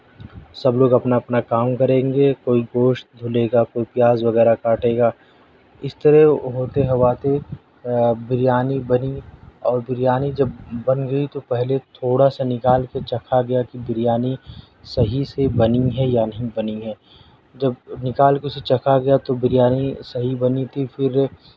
سب لوگ اپنا اپنا کام کریں گے کوئی گوشت دھلے گا کوئی پیاز وغیرہ کاٹے گا اس طرح ہوتے ہواتے بریانی بنی اور بریانی جب بن گئی تو پہلے تھوڑا سا نکال کے چکھا گیا کہ بریانی صحیح سے بنی ہے یا نہیں بنی ہے جب نکال کے اسے چکھا گیا تو بریانی صحیح بنی تھی پھر